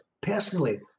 personally